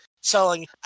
selling